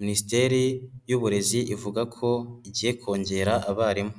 minisiteri y'uburezi ivuga ko igiye kongera abarimu.